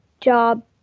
job